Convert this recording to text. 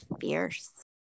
fierce